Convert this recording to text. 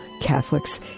Catholics